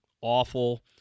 awful